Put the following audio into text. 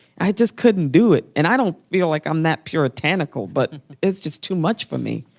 i just couldn't do it. and i don't feel like i'm that puritanical but it's just too much for me.